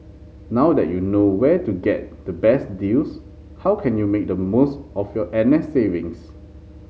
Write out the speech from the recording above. now that you know where to get the best deals how can you make the most of your N S savings